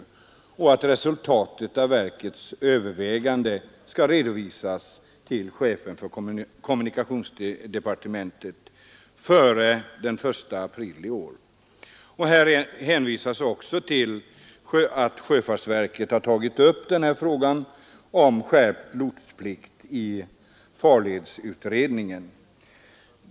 Resultatet av verkets överväganden skulle redovisas till kommunikationsministern före den 1 april i år. Här hänvisas också till att sjöfartsverket tagit upp frågan om skärpt lotsplikt i farledsutredningen.